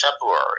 February